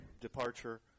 departure